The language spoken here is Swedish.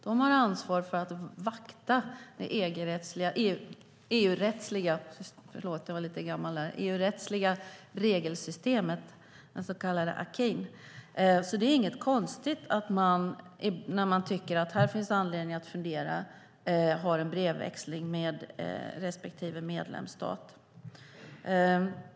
De har ansvar för att vakta det EU-rättsliga regelsystemet, den så kallade akin. Det är inget konstigt att man när man tycker att det finns anledning att fundera har en brevväxling med respektive medlemsstat.